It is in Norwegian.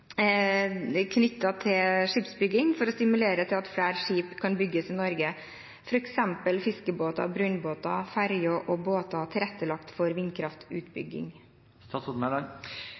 skipsbygging, for å stimulere til at flere skip kan bygges i Norge, f.eks. fiskebåter, brønnbåter, ferjer og båter tilrettelagt for vindkraftutbygging?»